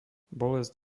bolesť